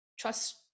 Trust